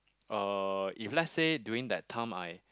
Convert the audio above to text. uh if let's say during that time I